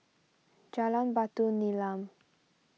Jalan Batu Nilam